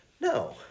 No